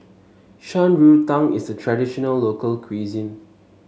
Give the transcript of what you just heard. Shan Rui Tang is a traditional local cuisine